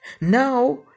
Now